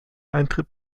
eintritt